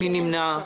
מי נמנע?